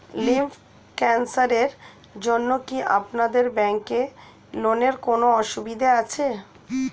Lymph ক্যানসারের জন্য কি আপনাদের ব্যঙ্কে লোনের কোনও সুবিধা আছে?